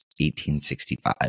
1865